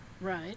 Right